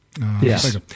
Yes